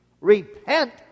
repent